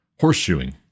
horseshoeing